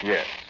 Yes